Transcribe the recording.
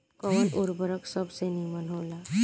कवन उर्वरक सबसे नीमन होला?